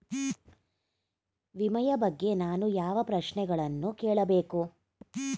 ವಿಮೆಯ ಬಗ್ಗೆ ನಾನು ಯಾವ ಪ್ರಶ್ನೆಗಳನ್ನು ಕೇಳಬೇಕು?